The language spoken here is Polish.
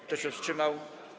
Kto się wstrzymał?